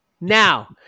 Now